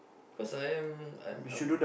cause I am I'm I'm